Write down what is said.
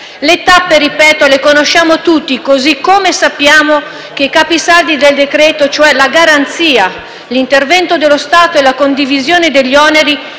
Le tappe, ripeto, le conosciamo tutti, così come sappiamo che i capisaldi del decreto-legge - cioè la garanzia, l'intervento dello Stato e la condivisione degli oneri